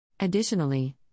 Additionally